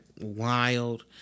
wild